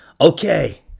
okay